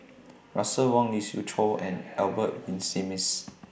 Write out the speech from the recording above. Russel Wong Lee Siew Choh and Albert Winsemius